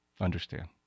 Understand